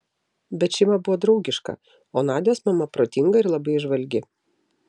bet šeima buvo draugiška o nadios mama protinga ir labai įžvalgi